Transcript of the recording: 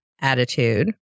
attitude